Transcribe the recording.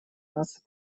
наций